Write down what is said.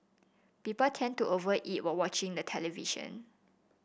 people tend to over eat while watching the television